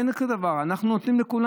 אין כזה דבר, אנחנו נותנים לכולם.